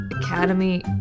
Academy